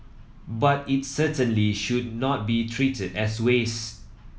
but it certainly should not be treated as waste